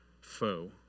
foe